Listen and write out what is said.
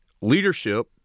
Leadership